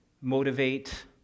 motivate